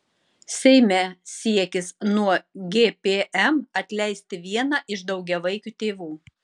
seime siekis nuo gpm atleisti vieną iš daugiavaikių tėvų